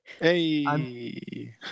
Hey